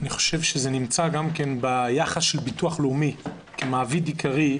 אני חושב שזה נמצא גם כן ביחס של ביטוח לאומי - כמעביד עיקרי,